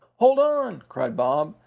hold on! cried bob,